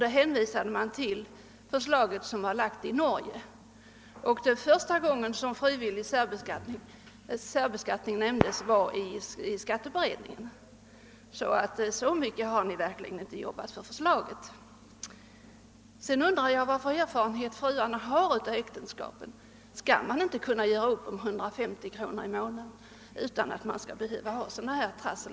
Då hänvisades till det förlag som hade lagts fram i Norge. Den första gången som frivillig särbeskattning nämndes var i skatteberedningen. Så särskilt mycket har ni alltså inte jobbat för förslaget. Sedan undrar jag vilken erfarenhet fruarna egentligen har av äktenskapet. Skall man inte kunna göra upp om 150 kr. i månaden utan en massa trassel?